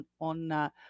on